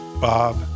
Bob